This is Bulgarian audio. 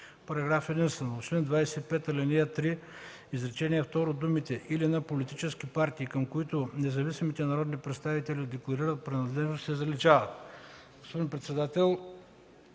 „Параграф единствен. В чл. 25, ал. 3, изречение второ думите „или на политически партии, към които независимите народни представители декларират принадлежност” се заличават.”